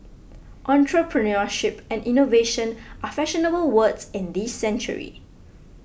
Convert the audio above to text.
entrepreneurship and innovation are fashionable words in this century